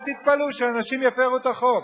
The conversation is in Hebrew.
אל תתפלאו שאנשים יפירו את החוק.